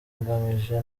ngamije